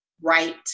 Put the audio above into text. right